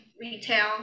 retail